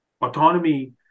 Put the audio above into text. autonomy